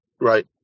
Right